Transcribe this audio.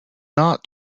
not